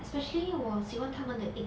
especially 我喜欢他们的 egg